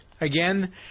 Again